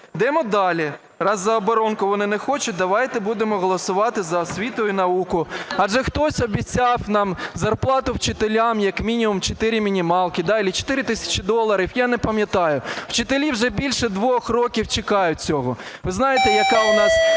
Йдемо далі. Раз за оборонку вони не хочуть, давайте будемо голосувати за освіту і науку. Адже хтось обіцяв нам зарплату вчителям як мінімум 4 мінімалки, да, чи 4 тисячі доларів, я не пам'ятаю. Вчителі вже більше двох років чекають цього. Ви знаєте, яка у нас